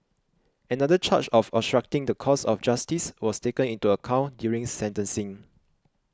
another charge of obstructing the course of justice was taken into account during sentencing